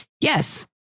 Yes